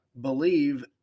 believe